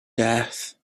death